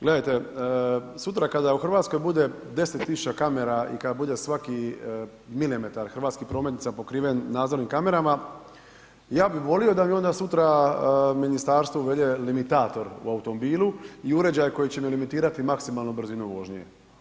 Gledajte, sutra kada u Hrvatskoj bude 10 tisuća kamera i kad bude svaki milimetar hrvatskih prometnica pokriven nadzornim kamerama, ja bih volio da mi onda sutra ministarstvo onda uvede limitator u automobilu i uređaj koji će me limitirati maksimalnom brzinom vožnje.